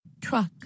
Truck